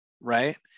Right